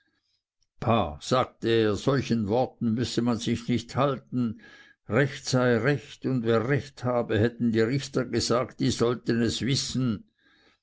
sagte er solchen worten müsse man sich nicht achten recht sei recht und wer recht habe hätten die richter gesagt die sollten es wissen